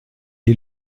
est